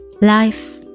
Life